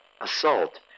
assault